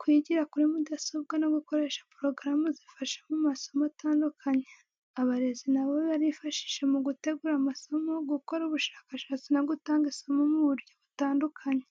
kwigira kuri mudasobwa, no gukoresha porogaramu zifasha mu masomo atandukanye. Abarezi nabo barifashisha mu gutegura amasomo, gukora ubushakashatsi no gutanga isomo mu buryo butandukanye.